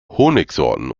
honigsorten